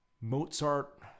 Mozart